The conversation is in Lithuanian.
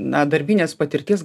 na darbinės patirtis